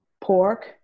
pork